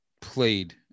played